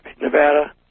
Nevada